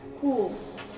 Cool